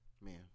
Man